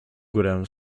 górę